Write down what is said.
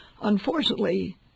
Unfortunately